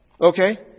Okay